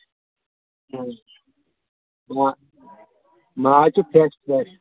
ماز چھُ fresh fresh